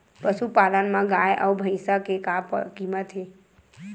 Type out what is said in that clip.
पशुपालन मा गाय अउ भंइसा के का कीमत हे?